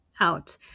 out